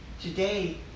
Today